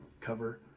cover